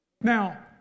Now